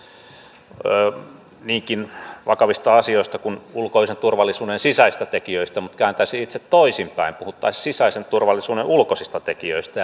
on puhuttu niinkin vakavista asioista kuin ulkoisen turvallisuuden sisäisistä tekijöistä mutta kääntäisin itse toisinpäin puhuttaisiin sisäisen turvallisuuden ulkoisista tekijöistä